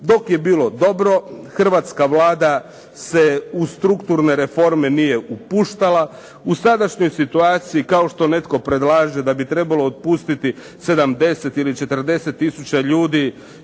Dok je bilo dobro, Hrvatska Vlada se u strukturne reforme nije upuštala. U sadašnjoj situaciji, kao što netko predlaže da bi trebalo otpustiti 70 ili 40 tisuća ljudi